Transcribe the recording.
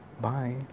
bye